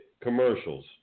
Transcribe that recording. commercials